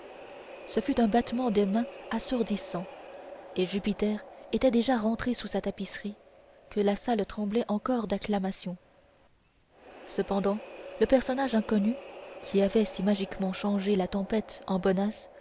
ce fut un battement de mains assourdissant et jupiter était déjà rentré sous sa tapisserie que la salle tremblait encore d'acclamations cependant le personnage inconnu qui avait si magiquement changé la tempête en bonace